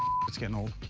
it's getting old.